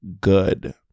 good